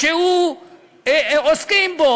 שעוסקים בו,